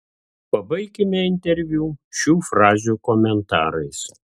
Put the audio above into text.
pabaikime interviu šių frazių komentarais